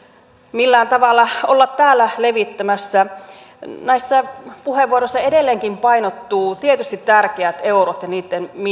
millään tavalla olla täällä levittämässä näissä puheenvuoroissa edelleenkin painottuvat tietysti tärkeät eurot ja niitten